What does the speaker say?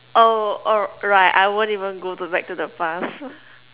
oh oh right I won't even go to back to the past